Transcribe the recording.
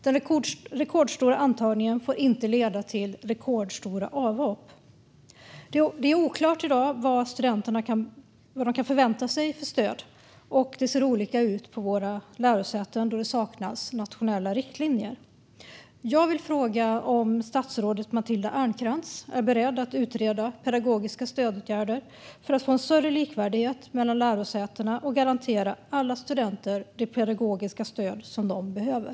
Den rekordstora antagningen får inte leda till rekordstora avhopp. Det är i dag oklart vad studenterna kan förvänta sig för stöd, och det ser olika ut på våra lärosäten då det saknas nationella riktlinjer. Jag vill fråga om statsrådet Matilda Ernkrans är beredd att utreda pedagogiska stödåtgärder för att få en större likvärdighet mellan lärosätena och garantera alla studenter det pedagogiska stöd de behöver.